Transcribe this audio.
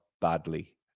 badly